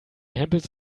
hempels